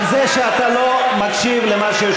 למה?